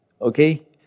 Okay